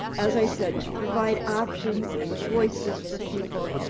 as i said, to provide options and choices for people,